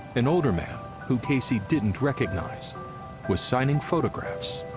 an older man who casey didn't recognize was signing photographs.